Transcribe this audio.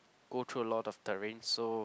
go through a lot of terrains so